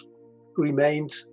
remained